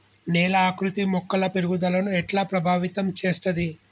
నేల ఆకృతి మొక్కల పెరుగుదలను ఎట్లా ప్రభావితం చేస్తది?